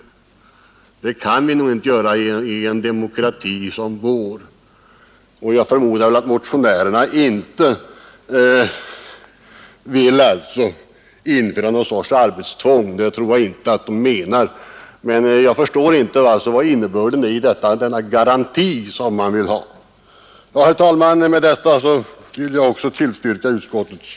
Det kan vi inte göra i en demokrati som vår. Jag förmodar att motionärerna inte vill införa någon sorts arbetstvång — det tror jag inte att de menar. Men jag förstår inte innebörden i den garanti som man vill skapa. Med detta tillstyrker jag också utskottets hemställan.